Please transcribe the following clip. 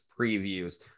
previews